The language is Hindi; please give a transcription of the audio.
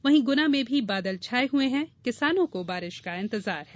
वही गुना में भी बादल छाये हुये हैं किसानों को बारिश का इंतजार है